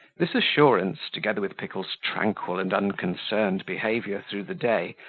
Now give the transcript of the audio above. this assurance, together with pickle's tranquil and unconcerned behaviour through the day,